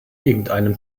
irgendeinem